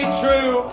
true